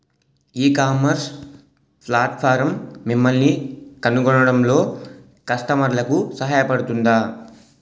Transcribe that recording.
ఈ ecommerce platform మిమ్మల్ని కనుగొనడంలో కస్టమర్లకు సహాయపడుతుందా?